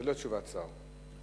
ללא תשובת שר.